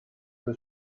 was